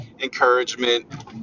encouragement